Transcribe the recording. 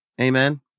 Amen